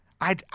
I